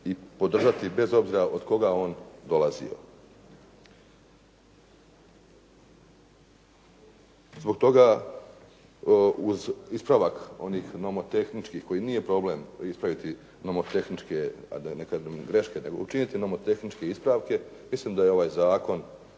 podržati bez obzira od koga on dolazio. Zbog toga uz ispravak onih nomotehničkih koji nije problem ispraviti nomotehničke, a da ne kažem greške, nego učiniti nomotehničke ispravke, mislim da je ovaj zakon